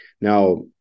Now